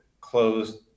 closed